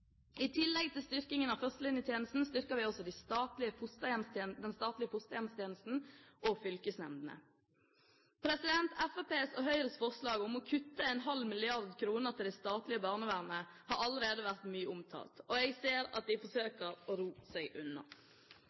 I tillegg til styrkingen av førstelinjetjenesten styrker vi også den statlige fosterhjemstjenesten og fylkesnemndene. Fremskrittspartiet og Høyres forslag om å kutte ½ mrd. kr til det statlige barnevernet har allerede vært mye omtalt, og jeg ser at de forsøker å ro seg unna.